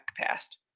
passed